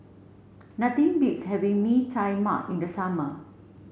nothing beats having Mee Tai Mak in the summer